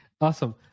Awesome